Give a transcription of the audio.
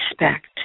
respect